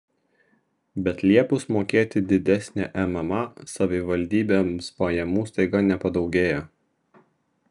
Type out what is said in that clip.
bet liepus mokėti didesnę mma savivaldybėms pajamų staiga nepadaugėja